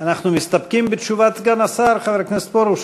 אנחנו מסתפקים בתשובת סגן השר, חבר הכנסת פרוש?